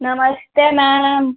नमस्ते मैम